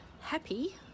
happy